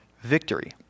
victory